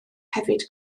hefyd